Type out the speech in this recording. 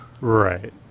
right